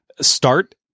start